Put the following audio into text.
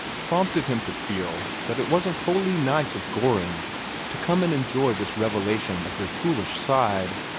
prompted him to feel that it wasn't wholly nice of gorringe to come and enjoy this revelation of their foolish side,